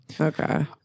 Okay